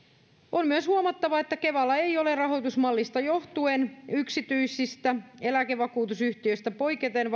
on myös huomattava että kevalla ei ole rahoitusmallista johtuen yksityisistä eläkevakuutusyhtiöistä poiketen